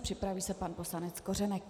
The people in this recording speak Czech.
Připraví se pan poslanec Kořenek.